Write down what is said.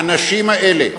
האנשים האלה,